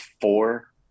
four